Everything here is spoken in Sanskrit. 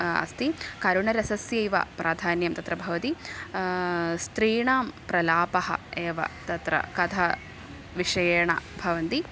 अस्ति करुणरसस्यैव प्राधान्यं तत्र भवति स्त्रीणां प्रलापः एव तत्र कथाविषयेण भवन्ति